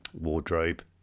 wardrobe